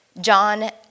John